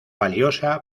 valiosa